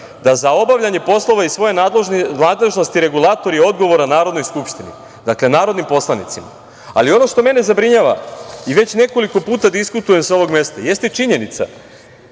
da za obavljanje poslova iz svoje nadležnosti regulator je odgovoran Narodnoj skupštini, dakle narodnim poslanicima. Ali, ono što mene zabrinjava i već nekoliko puta diskutujem sa ovog mesta jeste činjenica